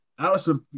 Allison